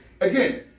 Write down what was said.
again